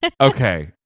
Okay